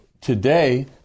today